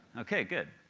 ok, good.